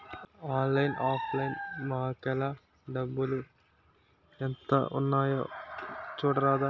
ఆన్లైన్లో offline మాకేఏల్రా డబ్బులు ఎంత ఉన్నాయి చూడరాదా